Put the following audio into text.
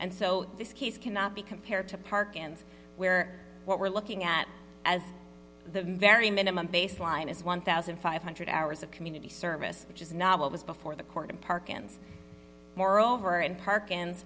and so this case cannot be compared to parkins where what we're looking at as the very minimum baseline is one thousand five hundred hours of community service which is not what was before the court and parkins moreover and park